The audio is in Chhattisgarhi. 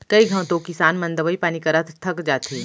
कई घंव तो किसान मन दवई पानी करत थक जाथें